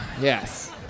yes